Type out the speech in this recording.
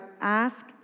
ask